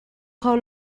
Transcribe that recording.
kho